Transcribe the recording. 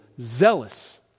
zealous